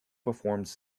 performs